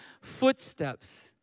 footsteps